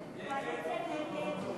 העם (איסור מתן שירותי רפואה פרטית בבתי-חולים ממשלתיים),